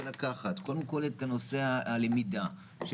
זה לקחת קודם כל את נושא הלמידה של